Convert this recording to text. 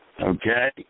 Okay